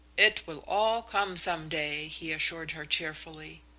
it will all come some day, he assured her cheerfully.